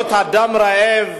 להיות אדם רעב,